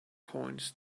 coins